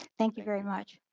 thank you very much.